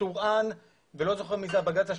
טורעאן ולא זוכר מי זה הבג"צ השלישי,